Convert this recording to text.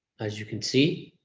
as you can see,